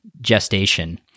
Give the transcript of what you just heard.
gestation